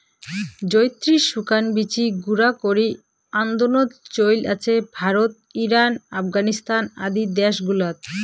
জয়িত্রির শুকান বীচি গুঁড়া করি আন্দনোত চৈল আছে ভারত, ইরান, আফগানিস্তান আদি দ্যাশ গুলাত